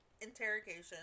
interrogation